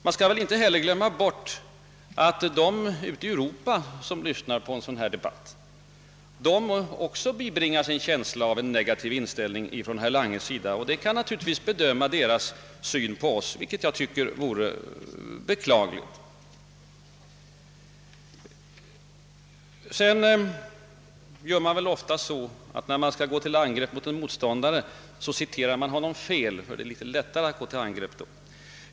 Men man skall inte glömma bort att de som ute i Europa lyssnar på vår debatt också kommer att bibringas en känsla av en negativ inställning från herr Langes sida. Det kan påverka deras syn på oss, vilket jag tycker vore beklagligt. Det förekommer inte sällan att en talare som vill gå till angrepp mot en motståndare, citerar honom fel för att lättare få underlag för sitt angrepp.